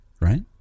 Right